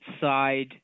side